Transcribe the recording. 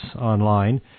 online